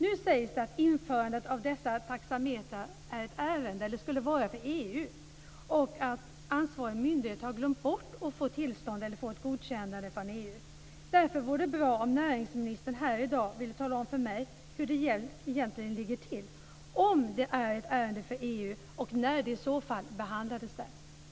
Nu sägs det att införandet av dessa taxametrar skulle vara ett ärende för EU och att ansvarig myndighet har glömt bort att få ett godkännande från EU. Därför vore det bra om näringsministern här i dag ville tala om för mig hur det egentligen ligger till, om det är ett ärende för EU och när det i så fall har behandlats där.